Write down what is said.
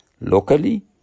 locally